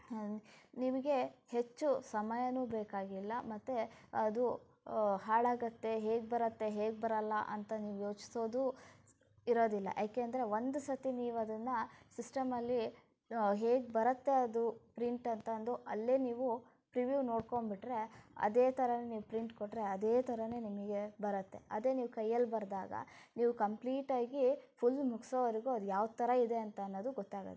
ನಿಮಗೆ ಹೆಚ್ಚು ಸಮಯನೂ ಬೇಕಾಗಿಲ್ಲ ಮತ್ತು ಅದು ಹಾಳಾಗುತ್ತೆ ಹೇಗೆ ಬರುತ್ತೆ ಹೇಗೆ ಬರೋಲ್ಲ ಅಂತ ನೀವು ಯೋಚಿಸೋದು ಇರೋದಿಲ್ಲ ಯಾಕೆಂದರೆ ಒಂದು ಸರ್ತಿ ನೀವು ಅದನ್ನು ಸಿಸ್ಟಮಲ್ಲಿ ಹೇಗೆ ಬರುತ್ತೆ ಅದು ಪ್ರಿಂಟ್ ಅಂತಂದು ಅಲ್ಲೇ ನೀವು ಪ್ರಿವ್ಯೂವ್ ನೋಡಿಕೊಂಡ್ಬಿಟ್ರೆ ಅದೇ ಥರಾನೇ ನೀವು ಪ್ರಿಂಟ್ ಕೊಟ್ಟರೆ ಅದೇ ಥರಾನೇ ನಿಮಗೆ ಬರುತ್ತೆ ಅದೇ ನೀವು ಕೈಯಲ್ಲಿ ಬರೆದಾಗ ನೀವು ಕಂಪ್ಲೀಟಾಗಿ ಫುಲ್ ಮುಗಿಸೋವರೆಗೂ ಅದು ಯಾವ ಥರ ಇದೆ ಅಂತ ಅನ್ನೋದು ಗೊತ್ತಾಗೋದಿಲ್ಲ